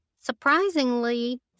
surprisingly